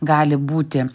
gali būti